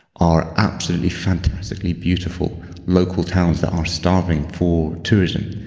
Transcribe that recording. are absolutely fantastically beautiful local towns that are starving for tourism.